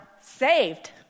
saved